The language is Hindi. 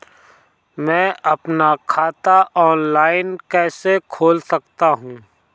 मैं अपना खाता ऑफलाइन कैसे खोल सकता हूँ?